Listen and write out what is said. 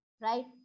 right